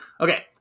Okay